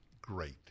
great